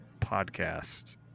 podcast